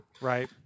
Right